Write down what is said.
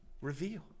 reveal